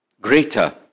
greater